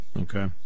okay